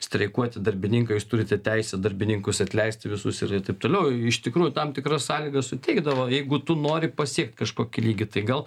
streikuoti darbininkai jūs turite teisę darbininkus atleisti visus ir ir taip toliau iš tikrųjų tam tikras sąlygas suteikdavo jeigu tu nori pasiekt kažkokį lygį tai gal